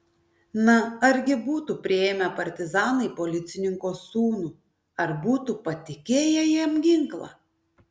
na argi būtų priėmę partizanai policininko sūnų ar būtų patikėję jam ginklą